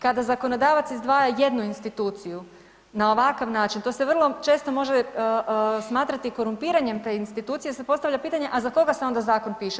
Kada zakonodavac izdvaja jednu instituciju na ovakav način to se vrlo često može smatrati korumpiranjem te institucije jer se postavlja pitanje a za koga se onda zakon piše.